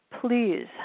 Please